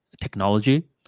technology